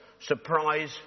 surprise